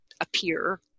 appear